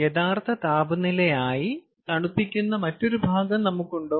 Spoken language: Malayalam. യഥാർത്ഥ താപനിലയായി തണുപ്പിക്കുന്ന മറ്റൊരു ഭാഗം നമുക്കുണ്ടോ